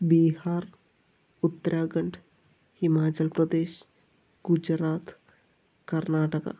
Bihar Uttarakhand Himachal Pradesh Gujarat Karnataka